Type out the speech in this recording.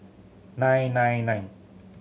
nine nine nine